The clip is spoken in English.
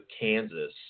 Kansas